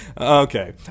Okay